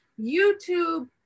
YouTube